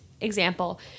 example